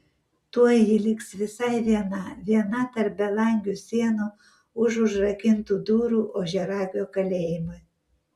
tuoj ji liks visai viena viena tarp belangių sienų už užrakintų durų ožiaragio kalėjime